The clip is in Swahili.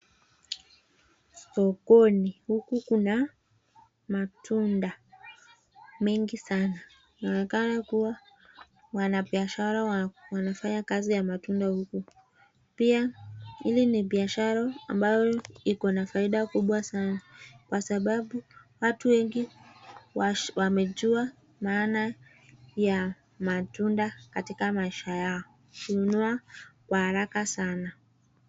Sokoni huku kuna matunda mengi sanaa. Yanaonekana kua wanabiashara wanafanya kazi ya matunda huku. Pia hili ni biashara ambalo liko na faida kubwa sanaa. Kwa sababu watu wengi wamejua maana ya matunda katika maisha yao hununua kwa haraka sanaa.